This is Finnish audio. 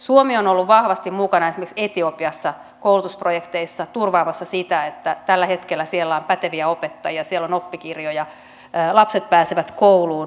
suomi on ollut vahvasti mukana esimerkiksi etiopiassa koulutusprojekteissa turvaamassa sitä että tällä hetkellä siellä on päteviä opettajia siellä on oppikirjoja lapset pääsevät kouluun myös tytöt